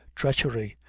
treachery!